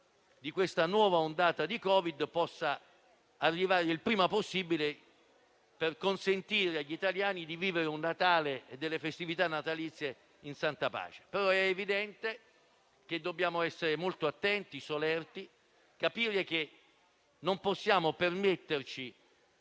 di questa nuova ondata di Covid-19 possa arrivare il prima possibile, per consentire agli italiani di vivere un Natale e delle festività natalizie in santa pace. È evidente, però, che dobbiamo essere molto attenti e solerti, capire che non possiamo permetterci